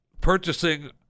purchasing